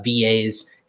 VAs